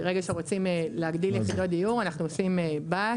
ברגע שרוצים להגדיל יחידות דיור אנחנו עושים בה"ת,